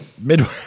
Midway